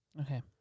Okay